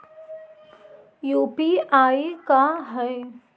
UPI का है?